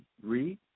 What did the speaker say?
Read